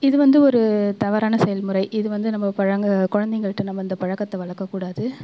இது வந்து ஒரு தவறான செயல் முறை இது வந்து நம்ம பழங்க குழந்தைங்கள்ட்ட நம்ம அந்த பழக்கத்தை வளர்க்கக் கூடாது